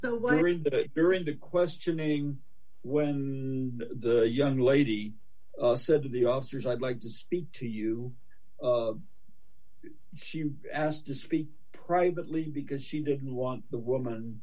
it during the questioning when the young lady said to the officers i'd like to speak to you she asked to speak privately because she didn't want the woman